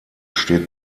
steht